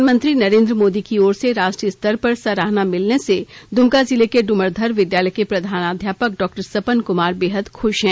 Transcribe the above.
प्रधानमंत्री नरेन्द्र मोदी की ओर से राष्ट्रीय स्तर पर सराहना मिलने से दुमका जिले के डुमरधर विद्यालय के प्रधानाध्यापक डॉक्टर सपन कुमार बेहद खुश हैं